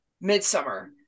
Midsummer